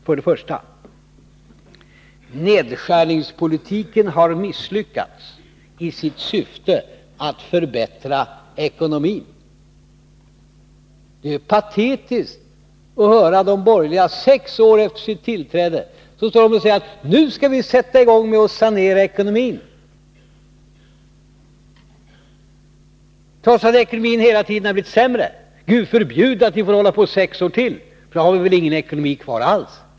För det första: Nedskärningspolitiken har misslyckats i sitt syfte att förbättra ekonomin. Det är patetiskt att höra de borgerliga säga sex år efter sitt tillträde: Nu skall vi sätta i gång med att sanera ekonomin. Ekonomin har ju hela tiden blivit sämre. Gud förbjude att ni får hålla på i sex år till — då har vi väl ingen ekonomi kvar alls.